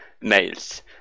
mails